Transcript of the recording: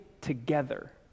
together